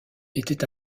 était